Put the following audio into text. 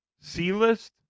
C-list